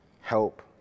help